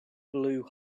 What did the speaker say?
blew